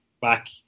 back